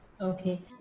Okay